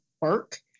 work